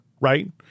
right